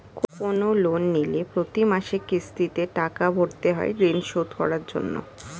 কোন লোন নিলে প্রতি মাসে কিস্তিতে টাকা ভরতে হয় ঋণ শোধ করার জন্য